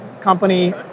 company